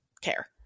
care